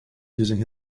using